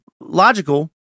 logical